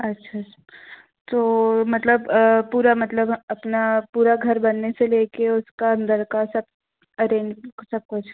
अच्छा तो मतलब पूरा मतलब अपना पूरा घर बनने से ले कर उसका अंदर का सब अरैंज सब कुछ